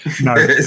No